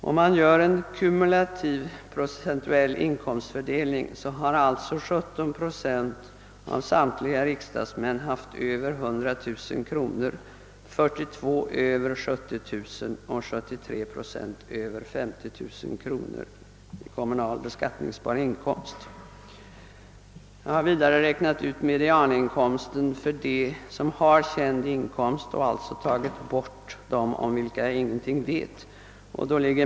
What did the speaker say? Om man gör en kumulativ procentuell inkomstfördelning finner man att 17 procent av samtliga riksdagsmän haft över 100000 kronor, 42 procent över 70 000 och 73 procent över 50 000 kronor i kommunal beskattningsbar inkomst. Jag har vidare räknat ut medianinkomsten för dem som har känd inkomst och alltså undantagit dem om vilka jag ingenting vet.